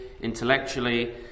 intellectually